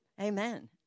Amen